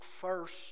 first